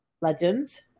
Legends